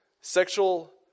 sexual